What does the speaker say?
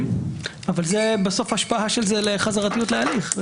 אבל זה בסוף השפעה של זה לחזרתיות להליך.